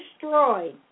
destroyed